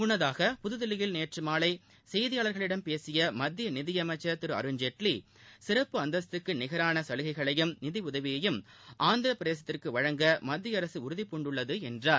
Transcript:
முனனதாக புதுதில்லியில் நேற்று மாலை செய்தியாளர்களிடம் பேசிய மத்திய நிதியமைச்சர் திரு அருண்ஜேட்லி சிறப்பு அந்தஸ்த்துக்கு நிகராள சலுகைகளையும் நிதி உதவியையும் பிரதேசத்திற்கு வழங்க மத்திய அரசு உறுதிபூண்டுள்ளது என்றார்